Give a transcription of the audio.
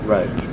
Right